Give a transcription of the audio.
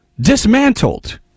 dismantled